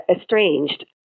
estranged